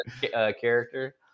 character